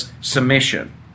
submission